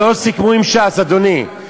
לא סיכמו עם ש"ס, אדוני.